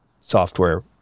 software